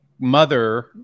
mother